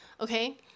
okay